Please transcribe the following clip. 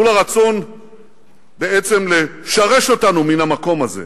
מול הרצון לשרש אותנו מהמקום הזה,